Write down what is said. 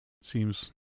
Seems